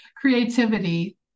creativity